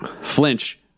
Flinch